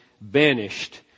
banished